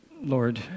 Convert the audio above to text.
Lord